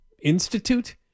Institute